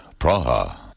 Praha